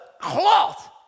Cloth